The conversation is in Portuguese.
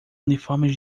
uniformes